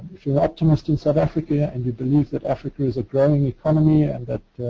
if you're an optimist in south africa and you believe that africa is a growing economy and that